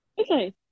Okay